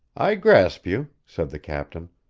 i grasp you, said the captain.